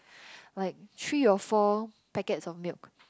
like three or four packets of milk